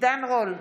עידן רול?